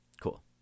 Cool